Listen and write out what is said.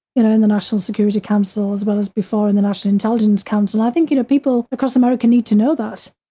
in in the national security council as well as before in the national intelligence council. i think you know, people across america need to know that,